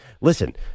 Listen